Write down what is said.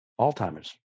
Alzheimer's